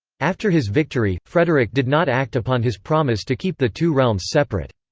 after his victory, frederick did not act upon his promise to keep the two realms separate.